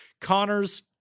Connors